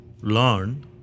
learn